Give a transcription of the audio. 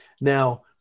Now